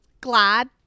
glad